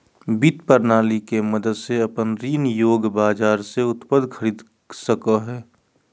वित्त प्रणाली के मदद से अपन ऋण योग्य बाजार से उत्पाद खरीद सकेय हइ